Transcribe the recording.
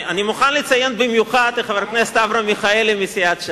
אני מוכן לציין במיוחד את חבר הכנסת אברהם מיכאלי מסיעת ש"ס.